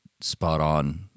spot-on